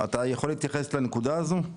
אתה יכול להתייחס לנקודה הזו?